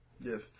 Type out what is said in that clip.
Yes